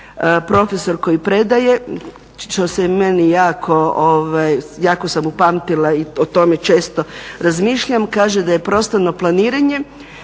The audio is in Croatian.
profesor koji predaje, što se meni jako, jako sam upamtila i o tome često razmišljam kaže da je prostorno planiranje